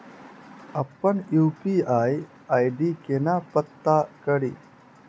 अप्पन UPI ID केना पत्ता कड़ी?